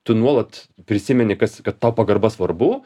tu nuolat prisimeni kas kad tau pagarba svarbu